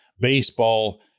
Baseball